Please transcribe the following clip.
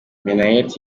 minnaert